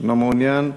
אינו מעוניין.